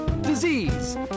Disease